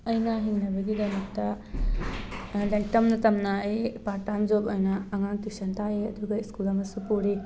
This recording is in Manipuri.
ꯑꯩꯅ ꯍꯤꯡꯅꯕꯒꯤꯗꯃꯛꯇ ꯂꯥꯏꯔꯤꯛ ꯇꯝꯅ ꯇꯝꯅ ꯑꯩ ꯄꯥꯔꯠ ꯇꯥꯏꯝ ꯖꯣꯕ ꯑꯣꯏꯅ ꯑꯉꯥꯡ ꯇ꯭ꯋꯤꯁꯟ ꯇꯥꯛꯏ ꯑꯗꯨꯒ ꯁ꯭ꯀꯨꯜ ꯑꯃꯁꯨ ꯄꯨꯔꯤ